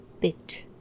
bit